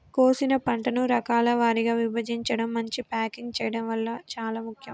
కోసిన పంటను రకాల వారీగా విభజించడం, మంచిగ ప్యాకింగ్ చేయడం చాలా ముఖ్యం